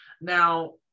Now